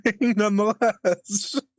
nonetheless